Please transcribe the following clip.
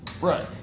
Right